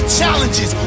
challenges